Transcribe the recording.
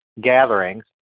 gatherings